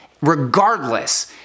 regardless